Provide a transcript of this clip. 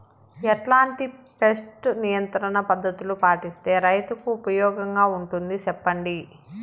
ఎట్లాంటి పెస్ట్ నియంత్రణ పద్ధతులు పాటిస్తే, రైతుకు ఉపయోగంగా ఉంటుంది సెప్పండి?